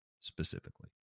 specifically